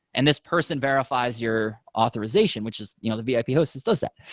and this person verifies your authorization, which is you know the vip hostess does that.